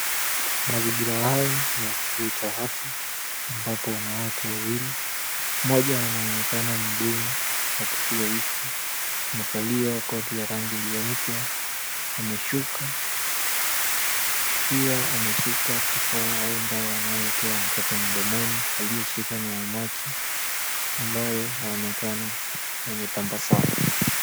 Mazingira haya ni kituo cha afya ambapo wanawake wawili, mmoja anaonekana mhudumu wa kituo hiki, amevalia koti ya rangi jeupe, ameshuka. Pia ameshika kifaa au dawa anayeekea mtoto mdomoni aliyeshikwa na mamake ambaye anaonekana mwenye tabasamu.